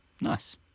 Nice